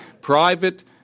private